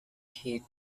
hit